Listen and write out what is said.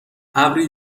ابری